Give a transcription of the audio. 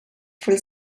full